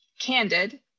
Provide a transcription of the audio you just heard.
Candid